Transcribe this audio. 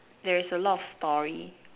there is a lot of story